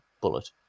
bullet